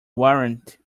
warrant